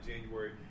January